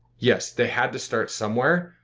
yes, they had to start somewhere,